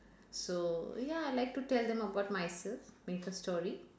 so ya I like to tell them about myself make a story